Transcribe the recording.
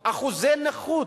אחוזי נכות,